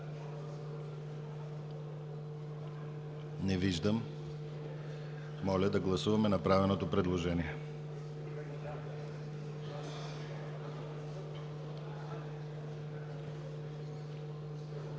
Не виждам. Моля да гласуваме направеното предложение.